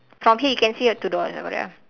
from here you can see oh two doors ah correct ah